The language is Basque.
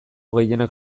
gehienak